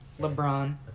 LeBron